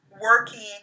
working